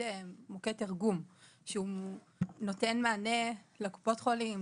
מוקד תרגום שנותן מענה לקופות החולים,